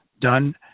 done